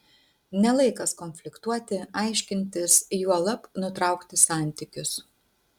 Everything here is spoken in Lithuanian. ne laikas konfliktuoti aiškintis juolab nutraukti santykius